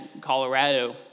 colorado